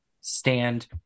stand